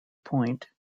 point